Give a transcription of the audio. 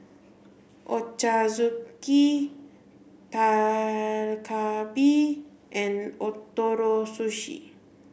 Ochazuke Dak Galbi and Ootoro Sushi